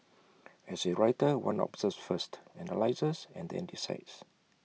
as A writer one observes first analyses and then decides